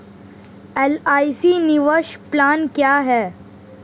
LIC निवेश plan क्या है?